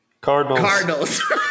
Cardinals